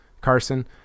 Carson